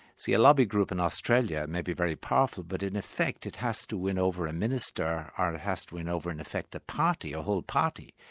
see a lobby group in australia may be very powerful, but in effect it has to win over a minister or it has to win over an effective party, a whole party.